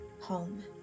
home